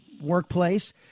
workplace –